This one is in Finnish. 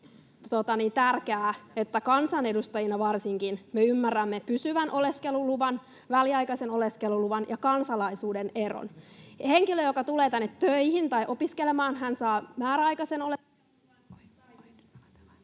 varsinkin me kansanedustajina ymmärrämme pysyvän oleskeluluvan, väliaikaisen oleskeluluvan ja kansalaisuuden eron. Henkilö, joka tulee tänne töihin tai opiskelemaan, saa määräaikaisen oleskeluluvan...